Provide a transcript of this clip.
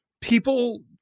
people